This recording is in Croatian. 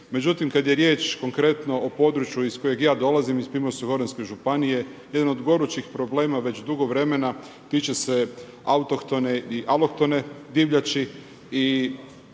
Međutim, kada je riječ konkretno o području iz kojeg ja dolazim iz Primorsko goranske županije, jedno od gorućih problema već dugo vremena, tiče se autohtone i aloktone divljači